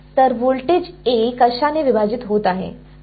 तर voltage A कशाने विभाजित होत आहे